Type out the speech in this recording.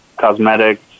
Cosmetics